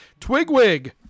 Twigwig